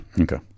Okay